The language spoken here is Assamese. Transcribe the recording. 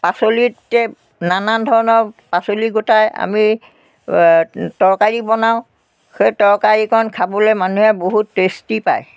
পাচলিতে নানান ধৰণৰ পাচলি গোটাই আমি তৰকাৰী বনাওঁ সেই তৰকাৰীকণ খাবলৈ মানুহে বহুত টেষ্টি পায়